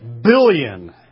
billion